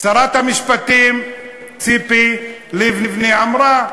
שרת המשפטים ציפי לבני אמרה,